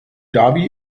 dhabi